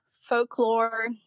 folklore